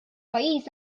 pajjiż